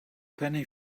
penny